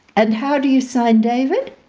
and how do you sign david?